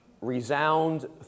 resound